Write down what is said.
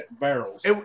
barrels